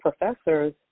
professors